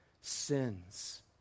sins